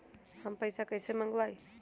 हम पैसा कईसे मंगवाई?